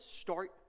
start